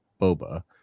Boba